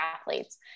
athletes